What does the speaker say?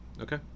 Okay